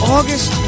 August